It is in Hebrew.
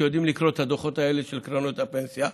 שיודעים לקרוא את הדוחות האלה של קרנות הפנסיה,